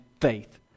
faith